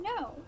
no